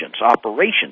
operations